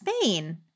Spain